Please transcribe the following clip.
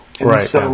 Right